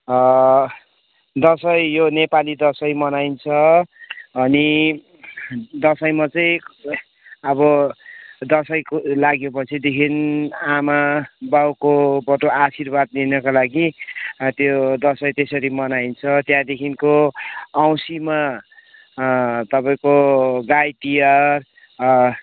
दसैँ यो नेपाली दसैँ मनाइन्छ अनि दसैँमा चाहिँ अब दसैँ लागे पछिदेखि आमा बाउकोबाट आशीर्वाद लिनको लागि त्यो दसैँ त्यसरी मनाइन्छ त्यहाँदेखिको औँसीमा अँ तपाईँको गाई तिहार